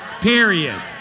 period